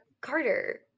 Carter